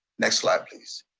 next slide please.